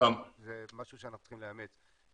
זה משהו שאנחנו צריכים לאמץ.